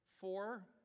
four